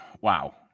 Wow